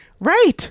right